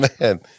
man